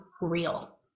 real